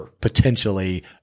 potentially